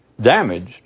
damaged